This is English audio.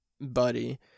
Buddy